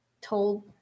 told